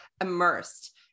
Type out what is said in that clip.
immersed